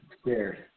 Scared